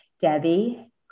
Debbie